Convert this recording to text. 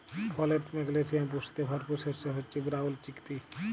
folate, magnesium পুষ্টিতে ভরপুর শস্য হচ্যে ব্রাউল চিকপি